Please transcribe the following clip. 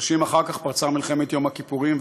חודשים אחר כך פרצה מלחמת יום הכיפורים,